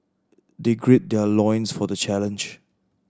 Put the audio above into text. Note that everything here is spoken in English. they gird their loins for the challenge